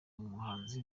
umuhanzi